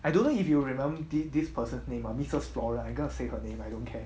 I don't know if you remember this this person's name lah missus floral I cannot say her name lah I don't care